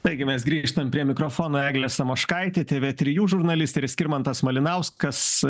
taigi mes grįžtam prie mikrofono eglė samoškaitė tė vė trijų žurnalistė ir skirmantas malinauskas